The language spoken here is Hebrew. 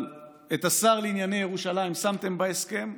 את השר לענייני ירושלים שמתם בהסכם,